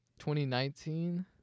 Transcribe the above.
2019